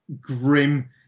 grim